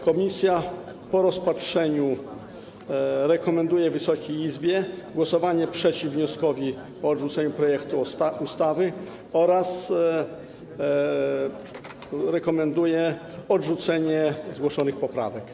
Komisja po rozpatrzeniu wniosku i poprawek rekomenduje Wysokiej Izbie głosowanie przeciw wnioskowi o odrzucenie projektu ustawy oraz rekomenduje odrzucenie zgłoszonych poprawek.